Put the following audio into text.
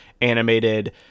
animated